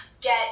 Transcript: get